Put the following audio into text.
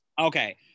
Okay